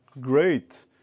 great